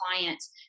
clients